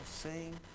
sing